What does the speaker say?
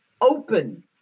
open